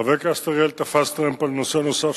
חבר הכנסת אריאל תפס טרמפ לנושא נוסף,